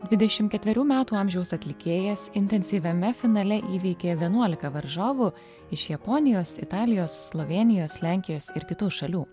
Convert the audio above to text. dvidešimt ketverių metų amžiaus atlikėjas intensyviame finale įveikė vienuolika varžovų iš japonijos italijos slovėnijos lenkijos ir kitų šalių